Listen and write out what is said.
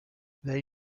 they